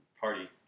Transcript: party